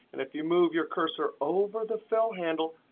and if you move your cursor over the fill handle,